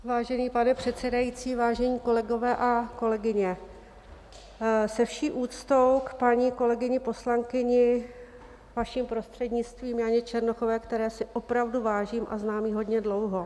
Vážený pane předsedající, vážení kolegové a kolegyně, se vší úctou k paní kolegyni poslankyni, vaším prostřednictvím, Janě Černochové, které si opravdu vážím a znám ji hodně dlouho.